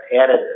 added